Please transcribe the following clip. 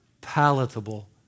palatable